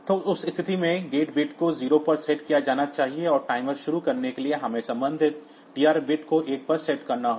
तो उस स्थिति में गेट बिट को 0 पर सेट किया जाना चाहिए और टाइमर शुरू करने के लिए हमें संबंधित TR बिट को एक पर सेट करना होगा